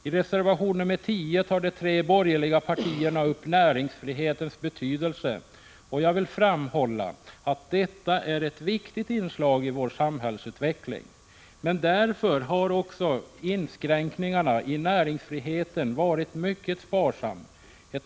I reservation 10 tar de tre borgerliga partierna upp näringsfrihetens betydelse. Jag vill framhålla att näringsfriheten är ett viktigt inslag i vår samhällsutveckling. Därför har också inskränkningarna i näringsfriheten varit mycket sparsamt förekommande.